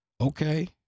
Okay